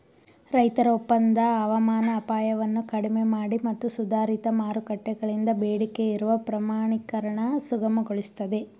ರೈತರ ಒಪ್ಪಂದ ಹವಾಮಾನ ಅಪಾಯವನ್ನು ಕಡಿಮೆಮಾಡಿ ಮತ್ತು ಸುಧಾರಿತ ಮಾರುಕಟ್ಟೆಗಳಿಂದ ಬೇಡಿಕೆಯಿರುವ ಪ್ರಮಾಣೀಕರಣ ಸುಗಮಗೊಳಿಸ್ತದೆ